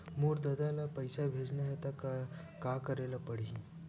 मोर ददा ल पईसा भेजना हे त का करे ल पड़हि?